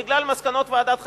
בגלל מסקנות ועדת החקירה.